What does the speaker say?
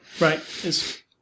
right